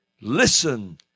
Listen